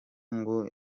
ngo